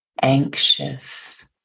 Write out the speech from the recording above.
anxious